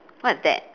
what is that